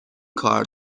کار